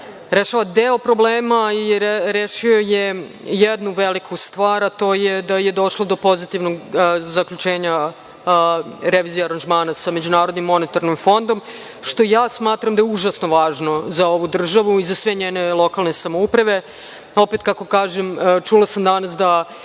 Rešava deo problema i rešio je jednu veliku stvar, a to je da je došlo do pozitivnog zaključenja revizije aranžmana sa MMF, što ja smatram da je užasno važno za ovu državu i za sve njene lokalne samouprave, pa opet, kako kažem, čula sam danas da